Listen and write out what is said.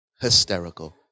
hysterical